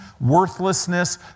worthlessness